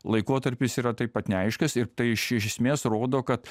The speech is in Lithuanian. laikotarpis yra taip pat neaiškus ir tai iš iš esmės rodo kad